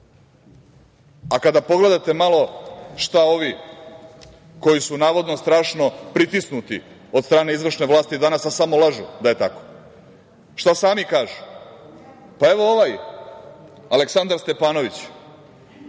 znaju. Kada pogledate malo šta ovi, koji su navodno strašno pritisnuti od strane izvršne vlasti danas nas samo lažu da je tako, šta sami kažu? Pa, evo ovaj Aleksandar Stepanović.